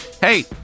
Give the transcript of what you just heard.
Hey